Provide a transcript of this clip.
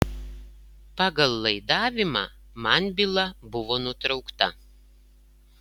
pagal laidavimą man byla buvo nutraukta